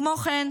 כמו כן,